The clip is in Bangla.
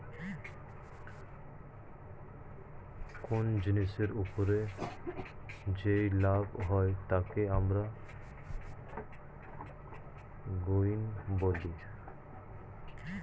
কোন জিনিসের ওপর যেই লাভ হয় তাকে আমরা গেইন বলি